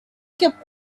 kept